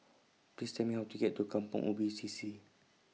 Please Tell Me How to get to Kampong Ubi C C